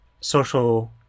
social